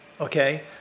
Okay